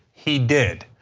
he did.